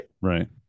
Right